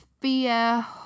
fear